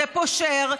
זה פושר,